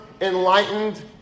enlightened